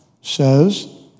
says